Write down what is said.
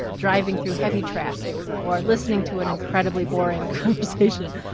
driving through heavy traffic, or listening to an incredibly boring conversation.